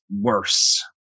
worse